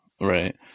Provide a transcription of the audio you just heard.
right